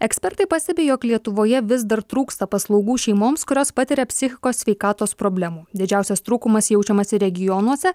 ekspertai pastebi jog lietuvoje vis dar trūksta paslaugų šeimoms kurios patiria psichikos sveikatos problemų didžiausias trūkumas jaučiamas ir regionuose